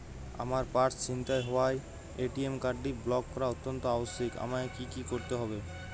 আমার পার্স ছিনতাই হওয়ায় এ.টি.এম কার্ডটি ব্লক করা অত্যন্ত আবশ্যিক আমায় কী কী করতে হবে?